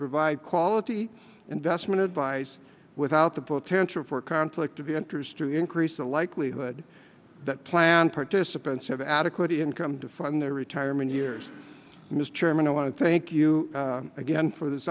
provide quality investment advice without the potential for conflict of interest or increase the likelihood that plan participants have adequate income to fund their retirement years mr chairman i want to thank you again for this